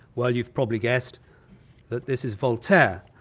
well, you have probably guessed that this is voltaire,